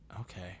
Okay